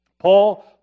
Paul